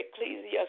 ecclesia